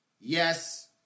yes